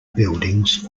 buildings